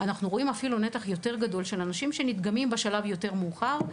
אנחנו רואים אפילו נתח יותר גדול של אנשים שנדגמים בשלב יותר מאוחר.